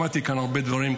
שמעתי כאן הרבה דברים.